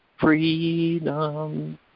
freedom